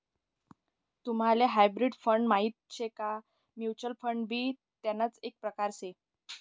तुम्हले hybrid fund माहित शे का? म्युच्युअल फंड भी तेणाच एक प्रकार से